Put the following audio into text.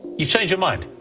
you've changed your mind.